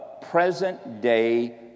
present-day